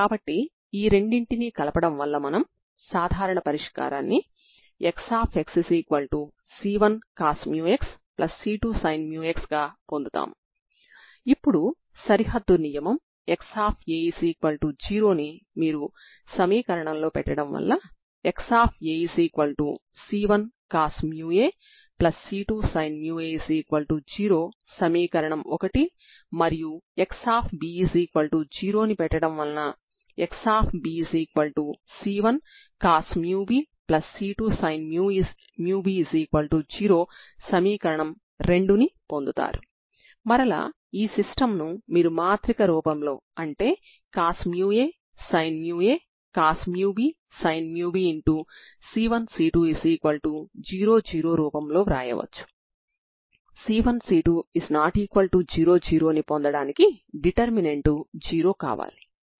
ఇప్పుడు మీరు ఇంకొక సరిహద్దు నియమం XL0 ని అప్లై చేస్తే మీరు సాధారణ పరిష్కారంగా 2cosh μL 0 ని కలిగి ఉంటారు